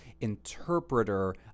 interpreter